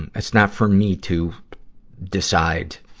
and it's not for me to decide